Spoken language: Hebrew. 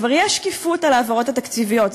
כבר יש שקיפות של ההעברות התקציביות,